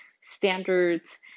standards